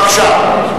בבקשה.